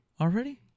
already